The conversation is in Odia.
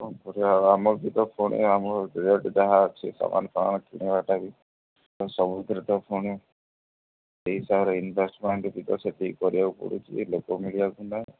କ'ଣ କରିବା ଆମ ବି ତ ଫୁଣି ଆମର ରେଟ୍ ଯାହା ଅଛି ସାମାନଫାମାନ କିଣିବାଟା ବି ତ ସବୁଥିରେ ତ ଫୁଣି ସେଇ ହିସାବରେ ଇନଭେଷ୍ଟମେଣ୍ଟ ବି ତ ସେତିକି କରିବାକୁ ପଡ଼ୁଛି ଲୋକ ମିଳିଲେ ସିନା